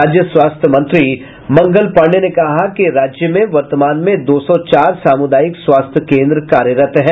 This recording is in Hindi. राज्य के स्वास्थ्य मंत्री मंगल पांडेय ने कहा कि राज्य में वर्तमान में दो सौ चार सामुदायिक स्वास्थ्य कोन्द्र कार्यरत हैं